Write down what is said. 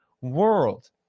world